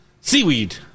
Seaweed